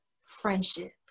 friendship